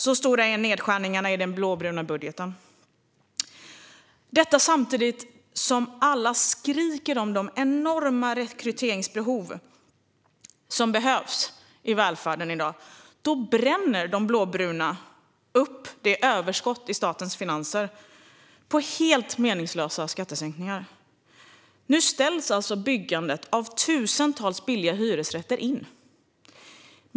Så stora är nedskärningarna i den blåbruna budgeten. Samtidigt som alla skriker om de enorma rekryteringsbehoven i välfärden i dag bränner de blåbruna överskottet i statens finanser på helt meningslösa skattesänkningar. Nu ställs alltså byggandet av tusentals billiga hyresrätter in.